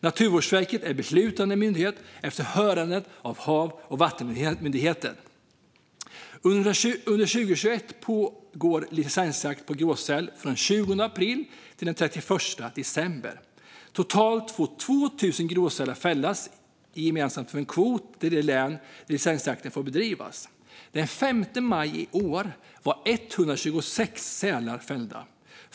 Naturvårdsverket är beslutande myndighet efter hörande av Havs och vattenmyndigheten. Under 2021 pågår licensjakten på gråsäl från den 20 april till den 31 december. Totalt får 2 000 gråsälar fällas i en gemensam kvot för de län där licensjakten får bedrivas. Den 5 maj i år var 126 sälar fällda.